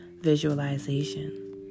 visualization